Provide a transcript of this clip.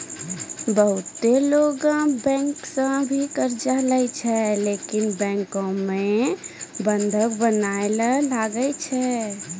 बहुते लोगै बैंको सं भी कर्जा लेय छै लेकिन बैंको मे बंधक बनया ले लागै छै